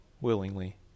willingly